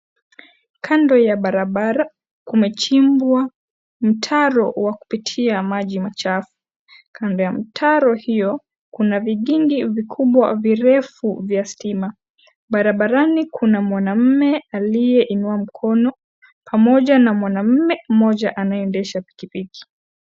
Kando ya barabara kumechimbwa mtaro wa kupitia maji machafu. Kando ya mtaro hiyo, kuna vikingi vikubwa virefu vya stima. Barabarani kuna mwamume aliye inua mkono pamoja na mwanamume mmoja anaye endesha pikipiki.